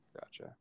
Gotcha